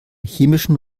chemischen